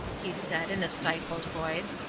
he said, in a stifled voice.